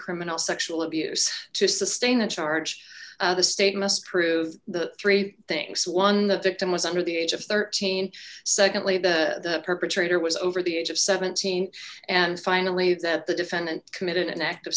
criminal sexual abuse to sustain a charge the state must prove the three things one the victim was under the age of thirteen secondly the perpetrator was over the age of seventeen and finally that the defendant committed an act of